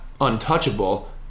untouchable